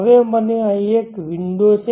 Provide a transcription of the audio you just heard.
હવે મને અહીં એક વિન્ડો છે